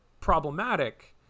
problematic